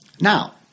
Now